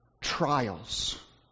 trials